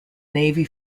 navy